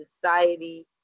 society